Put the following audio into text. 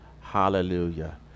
Hallelujah